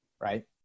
right